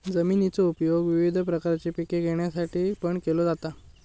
जमिनीचो उपयोग विविध प्रकारची पिके घेण्यासाठीपण केलो जाता